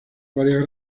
varias